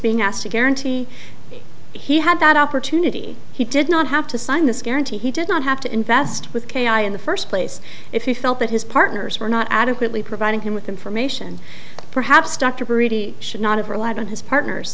being asked to guarantee he had that opportunity he did not have to sign this guarantee he did not have to invest with k i in the first place if he felt that his partners were not adequately providing him with information perhaps dr baroudi should not have relied on his partners